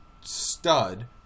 stud